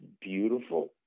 beautiful